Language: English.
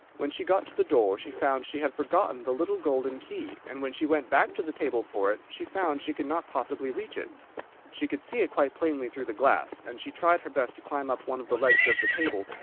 when she got to the door, she found she had forgotten the little golden key, and when she went back to the table for it, she found she could not possibly reach it she could see it quite plainly through the glass, and she tried her best to climb up one of the legs of the table,